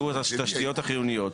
שהוא תשתיות חיוניות.